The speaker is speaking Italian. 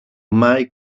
mai